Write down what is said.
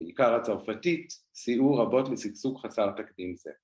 ‫בעיקר הצרפתית, ‫סייעו רבות בסגסוג חסר תקדים זה.